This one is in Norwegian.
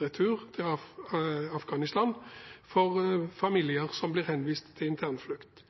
retur til Afghanistan for familier som blir henvist til internflukt.